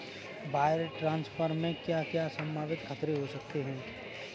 Wire transfer में क्या क्या संभावित खतरे हो सकते हैं?